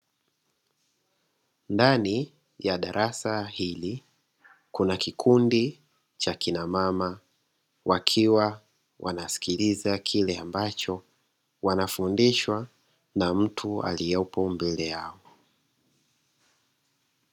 Ndani ya darasa hili kuna kikundi cha kinamama wakiwa wanasikiliza kile ambacho wanafundishwa na mtu aliyepo mbele yao.